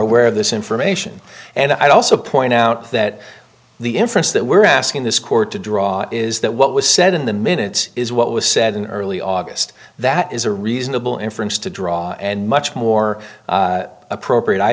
aware of this information and i also point out that the inference that we're asking this court to draw is that what was said in the minutes is what was said in early august that is a reasonable inference to draw and much more appropriate i